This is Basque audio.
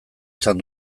izan